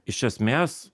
iš esmės